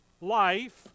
life